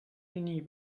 genie